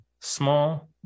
small